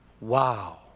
wow